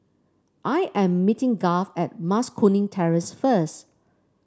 I am meeting Garth at Mas Kuning Terrace first